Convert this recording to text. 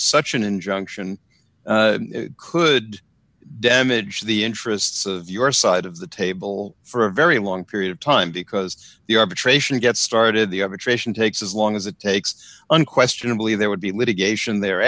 such an injunction could damage the interests of your side of the table for a very long period of time because the arbitration to get started the arbitration takes as long as it takes unquestionably there would be litigation there